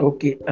Okay